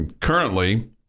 currently